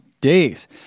days